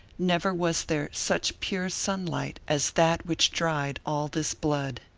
never was there such pure sunlight as that which dried all this blood.